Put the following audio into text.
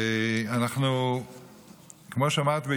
כמו שאמרתי,